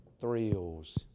thrills